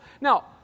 Now